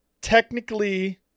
Technically